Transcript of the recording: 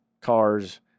cars